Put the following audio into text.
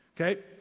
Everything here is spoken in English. Okay